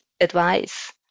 advice